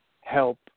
help